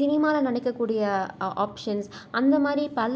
சினிமாவில் நினைக்கக்கூடிய ஆப்ஷன்ஸ் அந்த மாதிரி பல